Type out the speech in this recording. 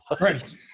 right